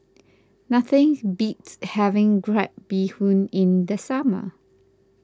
nothing beats having Crab Bee Hoon in the summer